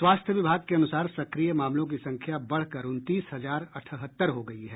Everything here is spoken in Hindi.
स्वास्थ्य विभाग के अनुसार सक्रिय मामलों की संख्या बढ़कर उनतीस हजार अठहत्तर हो गई है